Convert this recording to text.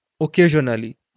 occasionally